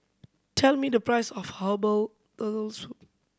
tell me the price of herbal Turtle Soup